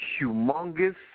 humongous